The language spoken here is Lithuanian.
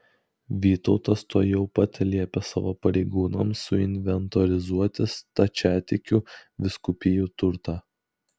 vytautas tuojau pat liepė savo pareigūnams suinventorizuoti stačiatikių vyskupijų turtą